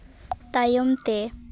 ᱛᱟᱭᱚᱢᱛᱮ